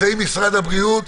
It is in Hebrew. ממשרד הבריאות,